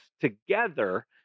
together